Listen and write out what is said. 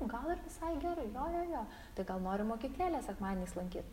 gal ir visai gerai jo jo jo tai gal nori mokyklėlę sekmadieniais lankyt